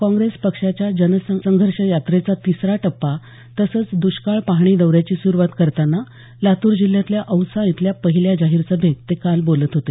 काँग्रेस पक्षाच्या जनसंघर्ष यात्रेचा तिसरा टप्पा तसंच दुष्काळ पाहणी दौऱ्याची सुरुवात करताना लातूर जिल्ह्यातल्या औसा इथल्या पहिल्या जाहीर सभेत ते काल बोलत होते